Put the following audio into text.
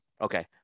Okay